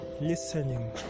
listening